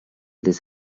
this